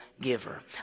giver